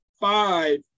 five